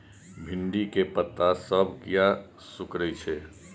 भिंडी के पत्ता सब किया सुकूरे छे?